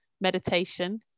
meditation